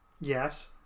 Yes